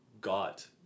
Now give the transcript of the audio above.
got